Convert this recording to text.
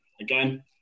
again